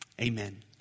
Amen